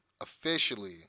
officially